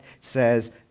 says